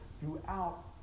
throughout